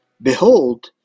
Behold